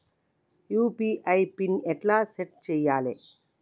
UPI PIN ఎట్లా set చేయాలే?